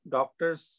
Doctors